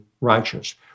righteous